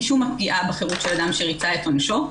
משום הפגיעה בחירות של אדם שריצה את עונשו.